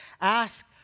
Ask